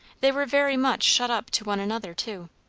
they were very much shut up to one another, too.